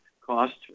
cost